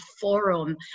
forum